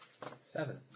Seven